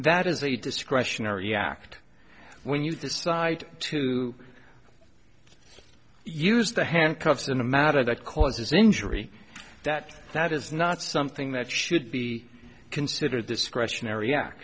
that is a discretionary act when you decide to use the handcuffs in a matter that causes injury that that is not something that should be considered discretionary